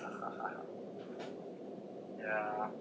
yeah